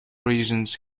reasons